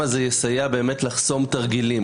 כמה זה יעזור לחסום תרגילים.